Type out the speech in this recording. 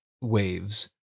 waves